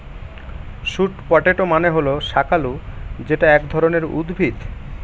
sweet potato মানে হল শাকালু যেটা এক ধরনের উদ্ভিদ